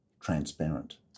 transparent